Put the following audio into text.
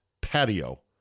patio